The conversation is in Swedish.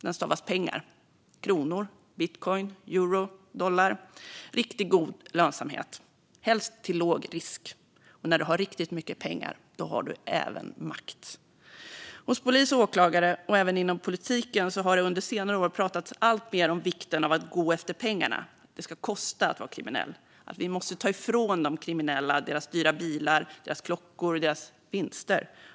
Den stavas pengar: kronor, bitcoin, euro eller dollar. Det handlar om riktigt god lönsamhet, helst till låg risk. Och när du har riktigt mycket pengar har du även makt. Hos polis och åklagare och även inom politiken har det under senare år pratats allt mer om vikten av att gå efter pengarna, att det ska kosta att vara kriminell, att vi måste ta ifrån de kriminella deras dyra bilar, deras klockor och deras vinster.